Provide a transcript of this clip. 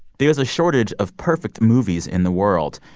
there is a shortage of perfect movies in the world.